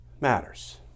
matters